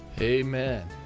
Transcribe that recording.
Amen